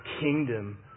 kingdom